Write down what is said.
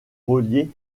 relié